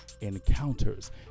encounters